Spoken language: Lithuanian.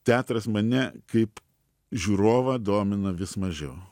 teatras mane kaip žiūrovą domina vis mažiau